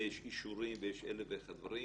יש אישורים ויש אלף ואחד דברים.